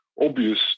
obvious